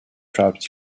tribes